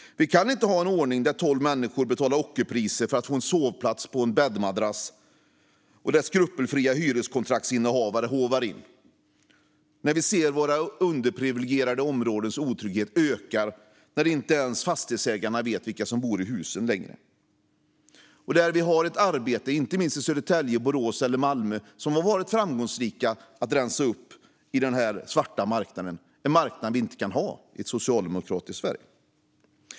Vi kan inte ha en ordning där tolv människor betalar ockerpriser för att få en sovplats på en bäddmadrass och där skrupelfria hyreskontraktsinnehavare håvar in. Vi ser att otryggheten i våra underprivilegierade områden ökar. Inte ens fastighetsägarna vet längre vilka som bor i husen. I inte minst Södertälje, Borås och Malmö har man gjort ett framgångsrikt arbete för att rensa upp i denna svarta marknad. Det är en marknad som vi inte kan ha i ett socialdemokratiskt Sverige.